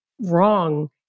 wrong